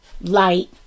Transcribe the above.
light